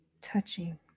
touching